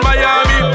Miami